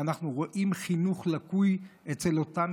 הוא שאנחנו רואים חינוך לקוי אצל אותם